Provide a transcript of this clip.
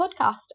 podcast